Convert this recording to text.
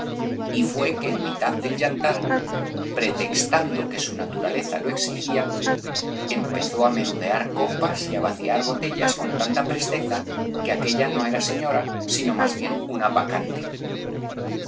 y fué que en mitad del yantar pretextando theros que su naturaleza lo exigía empezó á menudear copas y á vaciar botellas con tanta pres teza que aquélla no era señora sino más bien una bacante